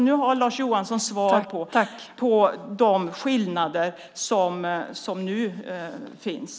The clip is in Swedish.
Nu har Lars Johansson fått svar på frågan om de skillnader som nu finns.